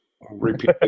repeat